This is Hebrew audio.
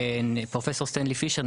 כשפרופסור סטנלי פישר,